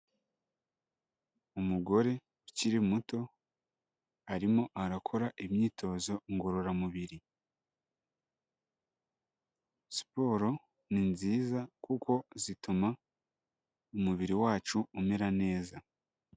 Umugore ukiri muto arimo arakora imyitozo ngororamubiri. Siporo ni nziza kuko zituma umubiri wacu umera neza.